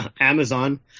Amazon